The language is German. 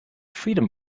freedom